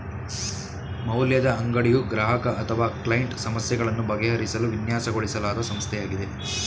ಮೌಲ್ಯದ ಅಂಗಡಿಯು ಗ್ರಾಹಕ ಅಥವಾ ಕ್ಲೈಂಟ್ ಸಮಸ್ಯೆಗಳನ್ನು ಬಗೆಹರಿಸಲು ವಿನ್ಯಾಸಗೊಳಿಸಲಾದ ಸಂಸ್ಥೆಯಾಗಿದೆ